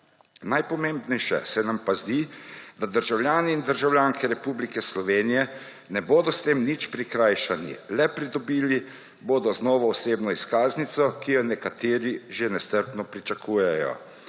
Najpomembnejše se nam pa zdi, da državljani in državljanke Republike Slovenije ne bodo s tem nič prikrajšani, le pridobili bodo z novo osebno izkaznico, ki jo nekateri že nestrpno pričakujejo.